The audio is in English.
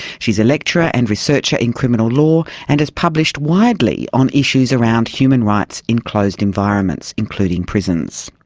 she's a lecturer and researcher in criminal law and has published widely on issues around human rights in closed environments, including prisons.